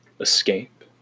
escape